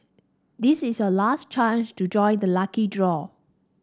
this is your last chance to join the lucky draw